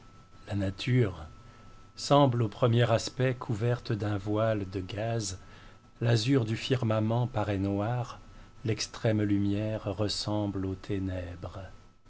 la nature semble au premier aspect couverte d'un voile de gaze l'azur du firmament paraît noir l'extrême lumière ressemble aux ténèbres